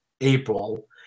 April